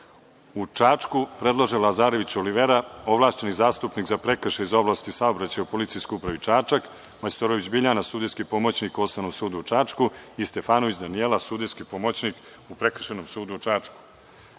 u Čačku predlože: Lazarević Olivera, ovlašćeni zastupnik za prekršaje iz oblasti saobraćaja u Policijskoj upravi Čačak, Majstorović Biljana, sudijski pomoćnik u Osnovnom sudu u Čačku i Stefanović Danijela, sudijski pomoćnik u Prekršajnom sudu u